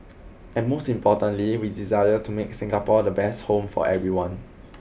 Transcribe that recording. and most importantly we desire to make Singapore the best home for everyone